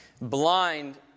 blind